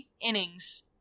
innings